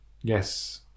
yes